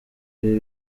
ibi